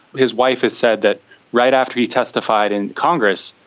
his wife has said that right after he testified in congress,